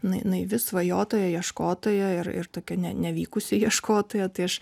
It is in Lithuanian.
nai naivi svajotoja ieškotoja ir ir tokia ne nevykusi ieškotoja tai aš